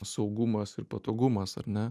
saugumas ir patogumas ar ne